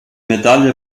medaille